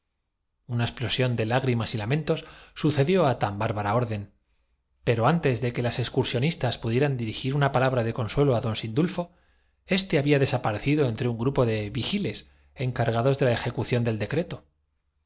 una explosión de lágrimas y lamentos sucedió á tan bárbara orden pero antes de que las excursionistas pudieran dirigir una palabra de consuelo á don sindulfo éste había desaparecido entre un grupo de vigi les encargados de la ejecución del decreto